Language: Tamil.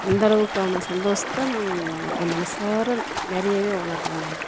அந்தளவுக்கான சந்தோஷத்தை நாங்கள் என் மனசார நிறையவே உணர்கிறேன் நான்